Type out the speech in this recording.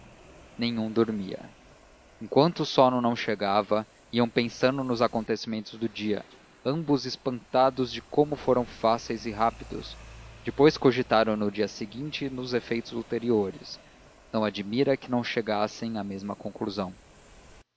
nenhum dormia enquanto o sono não chegava iam pensando nos acontecimentos do dia ambos espantados de como foram fáceis e rápidos depois cogitaram no dia seguinte e nos efeitos ulteriores não admira que não chegassem à mesma conclusão